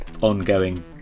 ongoing